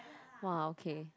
!wah! okay